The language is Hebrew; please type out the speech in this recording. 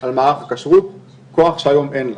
על מערך הכשרות, כוח שהיום אין לה.